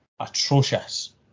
atrocious